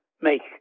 make